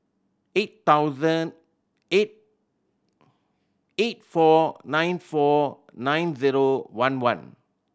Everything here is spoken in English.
eight thousand eight eight four nine four nine zero one one